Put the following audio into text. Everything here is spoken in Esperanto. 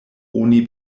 oni